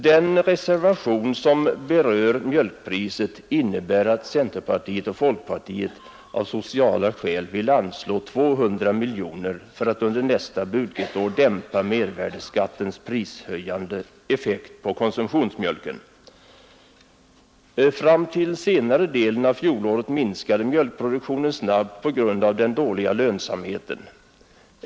Den reservation som berör mjölkpriset innebär att centerpartiet och folkpartiet av sociala skäl vill anslå 200 miljoner kronor för att under nästa budgetår dämpa mervärdeskattens prishöjande effekt på konsumtionsmjölken. Fram till senare delen av fjolåret minskade mjölkproduktionen snabbt på grund av den dåliga lönsamheten.